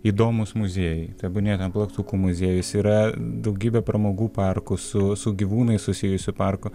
įdomūs muziejai tebūnie plaktukų muziejus yra daugybė pramogų parkų su su gyvūnais susijusių parkų